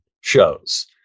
shows